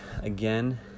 again